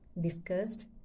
discussed